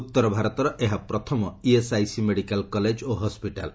ଉତ୍ତର ଭାରତର ଏହା ପ୍ରଥମ ଇଏସ୍ଆଇସି ମେଡିକାଲ୍ କଲେଜ୍ ଓ ହସ୍କିଟାଲ୍